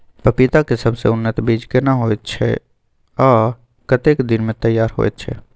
पपीता के सबसे उन्नत बीज केना होयत छै, आ कतेक दिन में तैयार होयत छै?